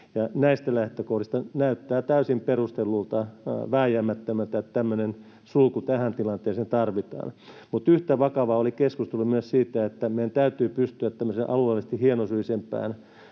Näistä lähtökohdista näyttää täysin perustellulta, vääjäämättömältä, että tämmöinen sulku tähän tilanteeseen tarvitaan. Mutta yhtä vakava oli keskustelu myös siitä, että meidän täytyy pystyä tämmöiseen alueellisesti hienosyisempään